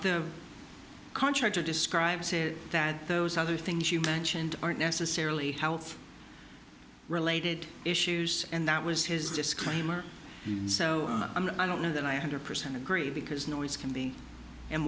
there contractor describe said that those other things you mentioned aren't necessarily health related issues and that was his disclaimer so i don't know that i hundred percent agree because noise can be and